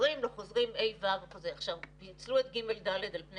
חוזרים, לא חוזרים, ה'-ו', וכו'.